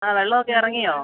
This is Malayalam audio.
ആ വെള്ളമൊക്കെ ഇറങ്ങിയോ